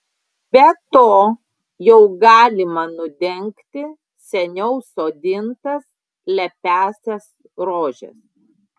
be to jau galima nudengti seniau sodintas lepiąsias rožes